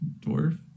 dwarf